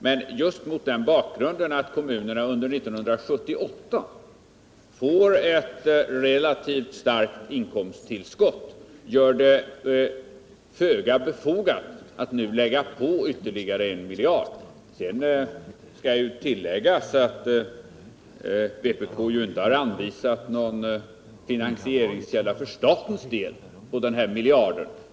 Men just det faktum att kommunerna under 1978 får ett relativt starkt inkomsttillskott gör det föga befogat att nu lägga på ytterligare 1 miljard kronor. Sedan skall tilläggas att vpk ju inte har anvisat någon finansieringskälla åt staten för denna miljard.